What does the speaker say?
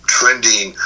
trending